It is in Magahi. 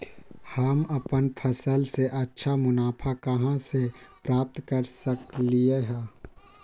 हम अपन फसल से अच्छा मुनाफा कहाँ से प्राप्त कर सकलियै ह?